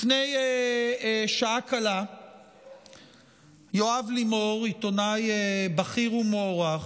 לפני שעה קלה יואב לימור, עיתונאי בכיר ומוערך,